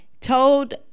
told